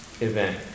event